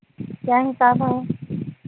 क्या हिसाब है